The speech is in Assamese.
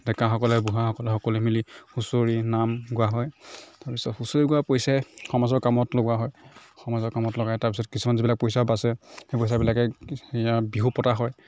ডেকাসকলে বুঢ়াসকলে সকলোৱে মিলি হুচৰি নাম গোৱা হয় তাৰ পিছত হুচৰি গোৱা পইচাৰে সমাজৰ কামত লগোৱা হয় সমাজৰ কামত লগাই তাৰ পিছত কিছুমান যিবিলাক পইচা বাচে সেই পইচাবিলাকে ইয়াত বিহু পতা হয়